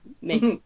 makes